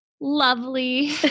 lovely